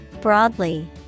Broadly